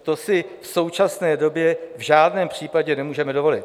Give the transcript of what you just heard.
To si v současné době v žádném případě nemůžeme dovolit.